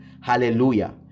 hallelujah